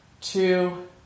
two